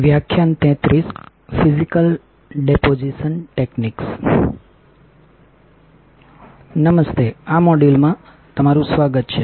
હાય આ મોડ્યુલમાં તમારું સ્વાગત છે